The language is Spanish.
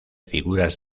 figuras